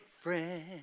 friend